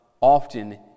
often